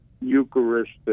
Eucharistic